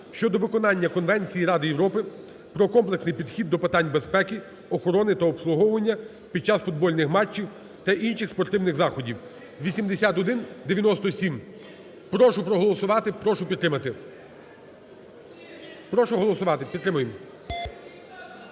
щодо виконання Конвенції Ради Європи про комплексний підхід до питань безпеки, охорони та обслуговування під час футбольних матчів та інших спортивних заходів (8197). Прошу проголосувати, прошу підтримати. прошу голосувати. Підтримуємо